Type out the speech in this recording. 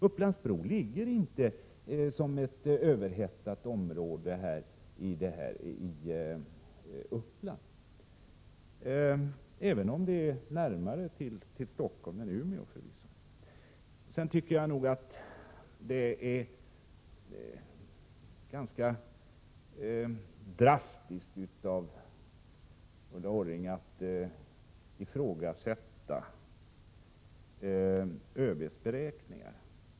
Upplands Bro ligger inte i ett överhettat område, även om det förvisso ligger närmare Stockholm än Umeå. Det är ganska drastiskt att som Ulla Orring ifrågasätta ÖB:s beräkningar.